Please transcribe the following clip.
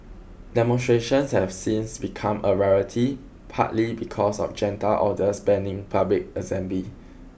demonstrations have since become a rarity partly because of junta orders banning public assembly